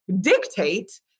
dictate